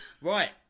Right